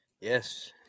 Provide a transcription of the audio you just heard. Yes